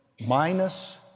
Minus